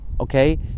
okay